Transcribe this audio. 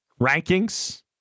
rankings